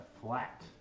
flat